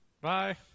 bye